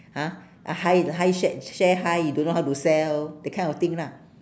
ha ah high high share share high you don't know how to sell that kind of thing lah